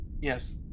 Yes